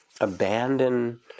abandon